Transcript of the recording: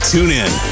TuneIn